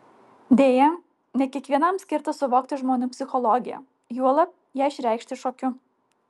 deja ne kiekvienam skirta suvokti žmonių psichologiją juolab ją išreikšti šokiu